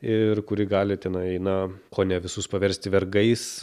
ir kuri gali tenai na kone visus paversti vergais